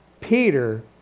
Peter